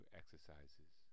exercises